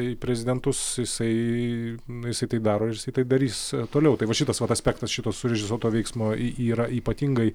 į prezidentus jisai nu jisai tai daro ir jisai tai darys toliau tai va šitas vat aspektas šito surežisuoto veiksmo y yra ypatingai